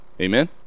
Amen